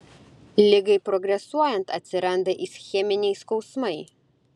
ligai progresuojant atsiranda ischeminiai skausmai